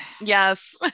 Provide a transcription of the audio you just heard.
Yes